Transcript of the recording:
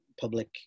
public